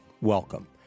Welcome